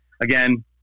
again